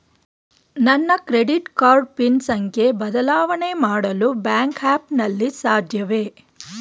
ನನ್ನ credit card pin ಸಂಖ್ಯೆ ಬದಲಾವಣೆ ಮಾಡಲು ಬ್ಯಾಂಕ್ ಆ್ಯಪ್ ನಲ್ಲಿ ಸಾಧ್ಯವೇ?